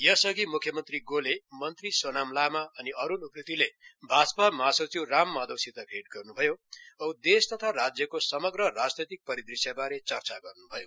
यस अधि म्ख्यमन्त्री गोले मन्त्री सोनाम लामा अनि अरूण उप्रेतिले भाजपा महासचिव राम माधवसित भेट गर्न्भयो औं देश तथा राज्यको समग्र राजनैतिक परिदृश्यबारे चर्चा गर्न्भयो